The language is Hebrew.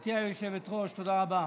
גברתי היושבת-ראש, תודה רבה.